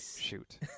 shoot